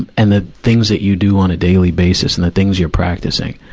and and the things that you do on a daily basis, and the things you're practicing.